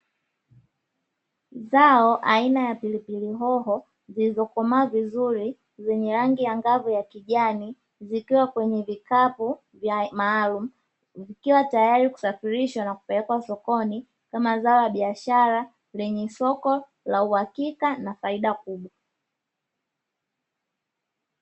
Zao aina ya pilipili hoho zilizokomaa vizuri zenye rangi angavu ya kijani, zikiwa kwenye vikapu maalumu, zikiwa tayari kusafirishwa na kupelekwa sokoni kama zao la biashara lenye soko la uhakika na faida kubwa.